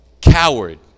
coward